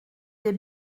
des